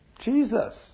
Jesus